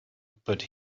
but